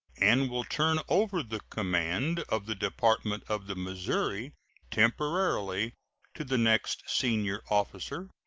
and will turn over the command of the department of the missouri temporarily to the next senior officer.